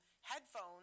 headphones